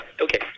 okay